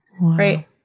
right